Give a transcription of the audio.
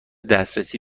دسترسی